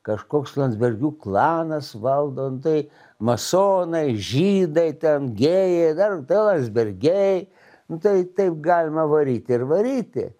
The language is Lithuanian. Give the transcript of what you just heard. kažkoks landsbergių klanas valdo nu tai masonai žydai ten gėjai dar tie landsbergiai nu tai taip galima varyt ir varyti